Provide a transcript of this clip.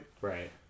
right